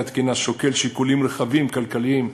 התקינה שוקל שיקולים רחבים כלכליים,